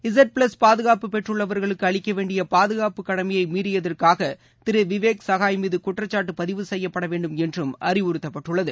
இசுட்பிளஸ் பாதுகாப்பு பெற்றுள்ளவர்களுக்குஅளிக்கவேண்டியபாதுகாப்பு கடமையைமீறியதற்காகதிருவிவேக் மீதுகுற்றச்சாட்டுபதிவு செய்யப்படவேண்டும் என்றும் அறிவறுத்தப்பட்டுள்ளது